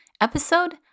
episode